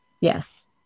Yes